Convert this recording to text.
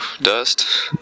dust